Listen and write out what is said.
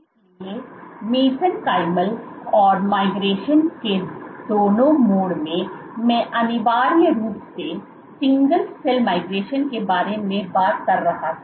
इसलिए माइज़ेनचाइमल और माइग्रेशन के दोनों मोड में मैं अनिवार्य रूप से सिंगल सेल माइग्रेशन के बारे में बात कर रहा था